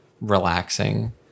relaxing